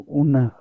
una